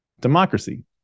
democracy